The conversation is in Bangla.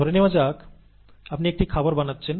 ধরে নেওয়া যাক আপনি একটি খাবার বানাচ্ছেন